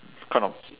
kind of